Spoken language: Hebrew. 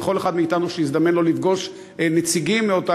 וכל אחד מאתנו שהזדמן לו לפגוש נציגים מאותה